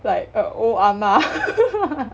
like a old ah-ma